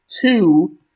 Two